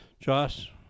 Josh